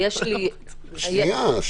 השאלה מה הדרך הנכונה למנוע אותו,